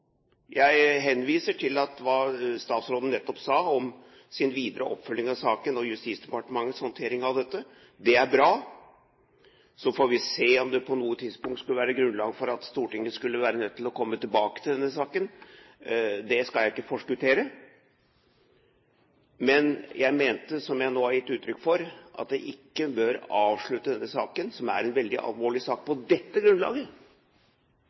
Jeg henviser til hva statsråden nettopp sa om sin videre oppfølging i saken og Justisdepartementets håndtering av dette. Det er bra. Så får vi se om det på noe tidspunkt skulle være grunnlag for at Stortinget skulle være nødt til å komme tilbake til denne saken. Det skal jeg ikke forskuttere. Men jeg mener, som jeg nå har gitt uttrykk for, at en ikke bør avslutte denne saken, som er en meget alvorlig sak, på dette grunnlaget